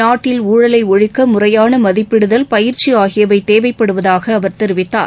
நாட்டில் ஊழலை ஒழிக்க முறையான மதிப்பிடுதல் பயிற்சி ஆகியவை தேவைப்படுவதாக அவர் தெரிவித்தார்